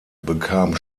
bekam